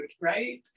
right